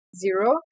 zero